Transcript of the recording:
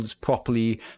properly